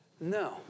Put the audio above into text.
No